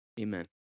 Amen